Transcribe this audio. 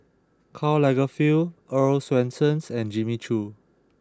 Karl Lagerfeld Earl's Swensens and Jimmy Choo